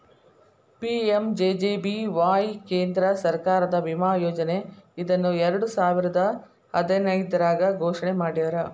PMJJBY ಕೇಂದ್ರ ಸರ್ಕಾರದ ವಿಮಾ ಯೋಜನೆ ಇದನ್ನ ಎರಡುಸಾವಿರದ್ ಹದಿನೈದ್ರಾಗ್ ಘೋಷಣೆ ಮಾಡ್ಯಾರ